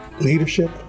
leadership